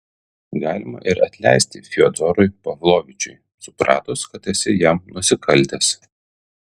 galima ir atleisti fiodorui pavlovičiui supratus kad esi jam nusikaltęs